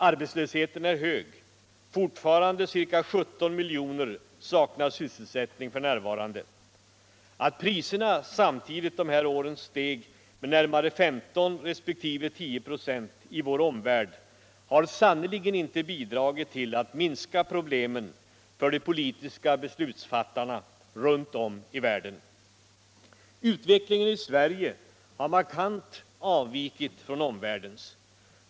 Arbetslösheten är hög. Fortfarande saknar ca 17 miljoner sysselsättning. Att priserna samtidigt under de här åren steg med närmare 15 resp. 10 "a i vår omvärld har sannerligen inte bidragit till att minska problemen för de politiska beslutsfattarna runt om i världen. Utvecklingen i Sverige har markant avvikit från omvärldens.